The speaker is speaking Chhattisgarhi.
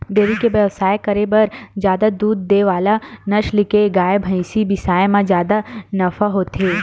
डेयरी के बेवसाय करे बर जादा दूद दे वाला नसल के गाय, भइसी बिसाए म जादा नफा होथे